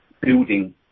building